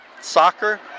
soccer